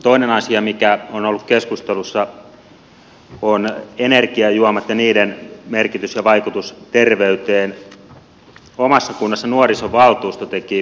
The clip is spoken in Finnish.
toinen asia mikä on ollut keskustelussa on energiajuomat ja niiden merkitys ja vaikutus terveyteen